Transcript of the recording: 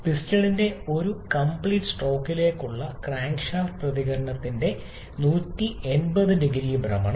പിസ്റ്റണിന്റെ 1 കംപ്ലീറ്റ്സ്ട്രോക്കിലേക്കുള്ള ക്രാങ്ക്ഷാഫ്റ്റ് പ്രതികരണത്തിന്റെ 180 0 ഭ്രമണം